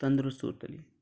तंदुरुस्त उरतली